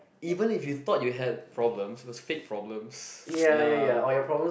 even if you thought you have problems must fix problems ya